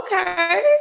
Okay